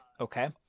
Okay